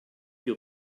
you